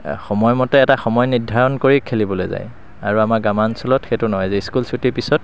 সময়মতে এটা সময় নিৰ্ধাৰণ কৰি খেলিবলৈ যায় আৰু আমাৰ গ্ৰামাঞ্চলত সেইটো নহয় যে স্কুল ছুটীৰ পিছত